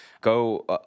go